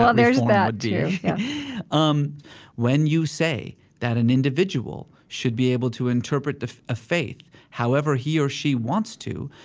um there's that, too um when you say that an individual should be able to interpret a ah faith however he or she wants to,